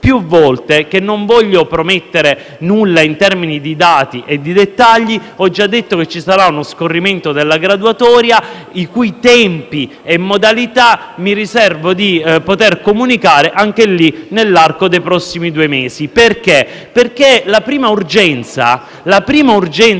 più volte che non voglio promettere nulla in termini di dati e dettagli. Ho già detto che ci sarà uno scorrimento della graduatoria, con tempi e modalità che mi riservo di comunicare anche nell'arco dei prossimi due mesi, in quanto la prima urgenza